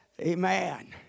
Amen